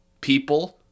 people